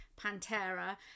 Pantera